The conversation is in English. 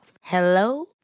Hello